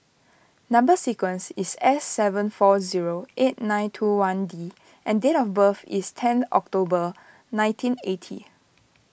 Number Sequence is S seven four zero eight nine two one D and date of birth is ten October nineteen eighty